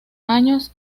años